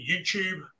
YouTube